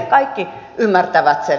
kaikki ymmärtävät sen